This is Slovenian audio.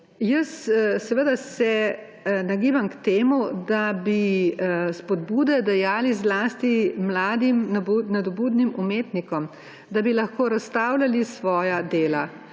Seveda se nagibam k temu, da bi spodbude dajali zlasti mladim nadobudnim umetnikom, da bi lahko razstavljali svoja dela.